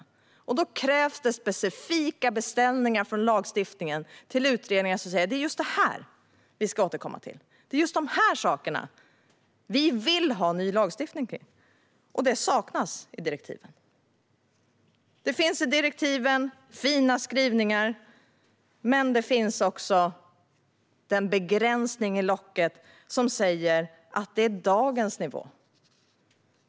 Då krävs det specifika beställningar från lagstiftaren till utredningar som säger: Det är just det här vi ska återkomma till. Det är just de här sakerna som vi vill ha ny lagstiftning om. Det saknas i direktiven. Det finns i direktiven fina skrivningar. Men det finns också den begränsning i locket som säger att det är dagens nivå.